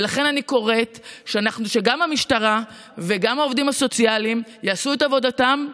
ולכן אני קוראת שגם המשטרה וגם העובדים הסוציאליים יעשו את עבודתם.